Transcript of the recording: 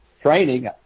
training